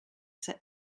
set